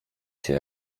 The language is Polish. się